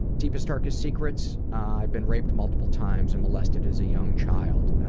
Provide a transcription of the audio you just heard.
deepest darkest secrets, i've been raped multiple times and molested as a young child,